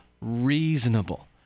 reasonable